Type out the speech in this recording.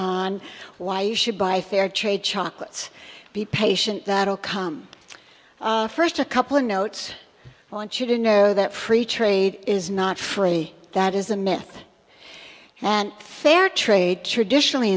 on why you should buy fair trade chocolates be patient that will come first a couple of notes want you to know that free trade is not free that is a myth and fair trade traditionally